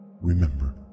Remember